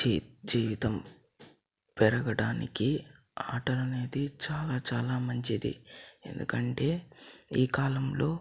G జీవితం పెరగడానికి ఆట అనేది చాలా చాలా మంచిది ఎందుకంటే ఈ కాలంలో